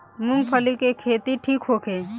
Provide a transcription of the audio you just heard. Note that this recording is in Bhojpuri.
मूँगफली के खेती ठीक होखे?